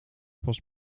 pas